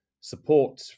support